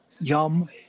Yum